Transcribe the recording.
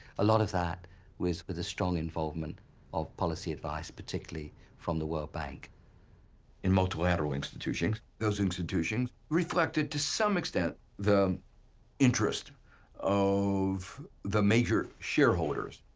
a lot of that was with a strong involvement of policy advice particularly from the world bank in multilateral institutions, where those institutions reflected to some extent the interest of the major shareholders,